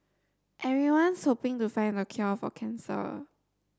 everyone's hoping to find the cure for cancer